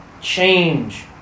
change